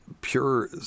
pure